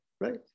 right